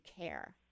care